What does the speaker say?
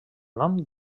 nom